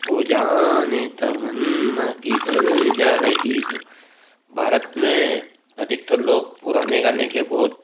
ओ जाने तमन्ना किधर जा रही हो भारत में अधिकतर लोग पुराने गाने के बहुत